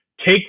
take